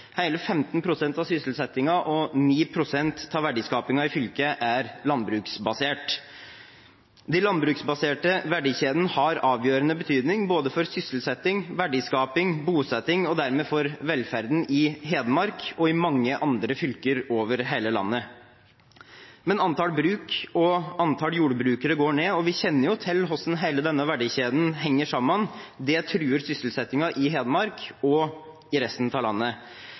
av sysselsettingen og 9 pst. av verdiskapingen i fylket er landbruksbasert. De landbruksbaserte verdikjedene har avgjørende betydning, både for sysselsetting, verdiskaping, bosetting og dermed for velferden i Hedmark og i mange andre fylker over hele landet. Men antall bruk og jordbrukere går ned. Vi kjenner jo til hvordan hele denne verdikjeden henger sammen. Det truer sysselsettingen i Hedmark og i resten av landet.